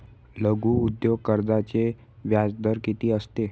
लघु उद्योग कर्जाचे व्याजदर किती असते?